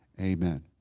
amen